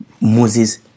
Moses